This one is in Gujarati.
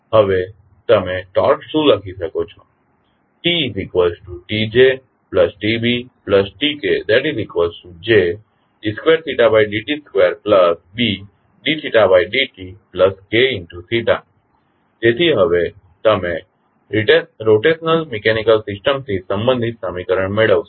હવે તમે ટોર્ક શું લખી શકો છો TTJTBTKJd 2d t 2Bd θd tkθ તેથી હવે તમે રોટેશનલ મેકેનિકલ સિસ્ટમથી સંબંધિત સમીકરણ મેળવશો